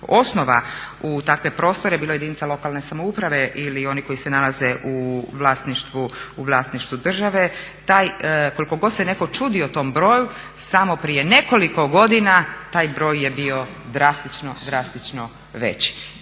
osnova u takve prostore bilo jedinica lokalne samouprave ili oni koji se nalaze u vlasništvu države, taj koliko god se netko čudio tom broju samo prije nekoliko godina taj broj je bio drastično,